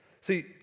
See